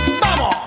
¡Vamos